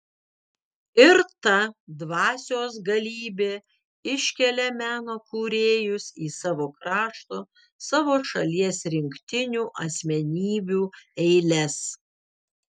ir ta dvasios galybė iškelia meno kūrėjus į savo krašto savo šalies rinktinių asmenybių eiles